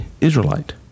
Israelite